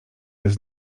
bez